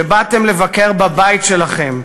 שבאתם לבקר בבית שלכם,